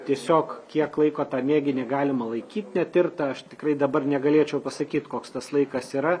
tiesiog kiek laiko tą mėginį galima laikyt netirtą aš tikrai dabar negalėčiau pasakyt koks tas laikas yra